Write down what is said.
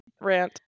rant